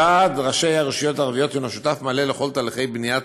ועד ראשי הרשויות הוא שותף מלא לכל תהליכי בניית